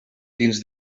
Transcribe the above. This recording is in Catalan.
dins